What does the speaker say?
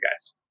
guys